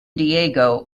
diego